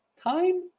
time